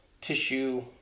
tissue